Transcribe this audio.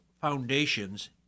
foundations